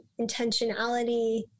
intentionality